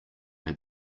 had